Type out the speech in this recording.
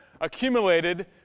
accumulated